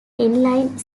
inline